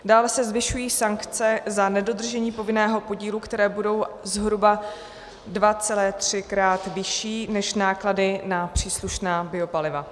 Dále se zvyšují sankce za nedodržení povinného podílu, které budou zhruba 2,3krát vyšší než náklady na příslušná biopaliva.